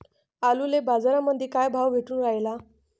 आलूले बाजारामंदी काय भाव भेटून रायला?